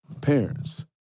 Parents